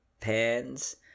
pants